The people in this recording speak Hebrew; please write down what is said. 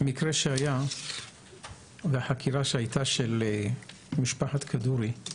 המקרה שהיה והחקירה שהייתה של משפחת כדורי,